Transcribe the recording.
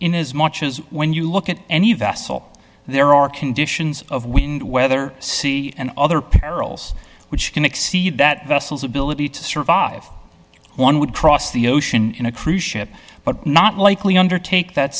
in as much as when you look at any vessel there are conditions of wind weather sea and other perils which can exceed that vessels ability to survive one would cross the ocean in a cruise ship but not likely undertake that